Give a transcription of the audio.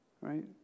Right